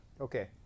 Okay